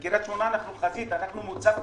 בקריית שמונה אנחנו חזית, אנחנו מוצב קדמי.